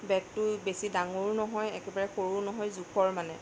বেগটো বেছি ডাঙৰো নহয় একেবাৰে সৰুও নহয় জোখৰ মানে